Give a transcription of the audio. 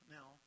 Now